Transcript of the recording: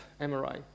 MRI